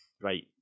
Right